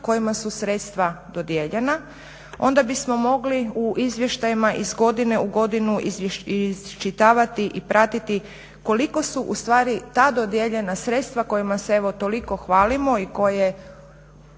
kojima su sredstva dodijeljena onda bismo mogli u izvještajima iz godine u godinu iščitavati i pratiti koliko su u stvari ta dodijeljena sredstvima kojima se evo toliko hvalimo i koje